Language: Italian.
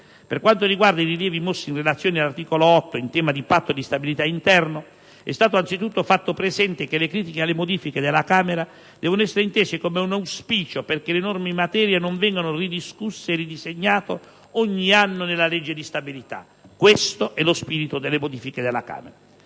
Per quanto riguarda i rilievi mossi in relazione all'articolo 8, in tema di patto di stabilità interno, è stato anzitutto fatto presente che le critiche alle modifiche della Camera devono essere intese come un auspicio perché le norme in materia non vengano ridiscusse e ridisegnate ogni anno nella legge di stabilità: questo è lo spirito delle modifiche della Camera.